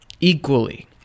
equally